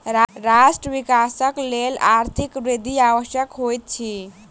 राष्ट्रक विकासक लेल आर्थिक वृद्धि आवश्यक होइत अछि